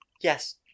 Yes